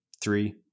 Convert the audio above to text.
three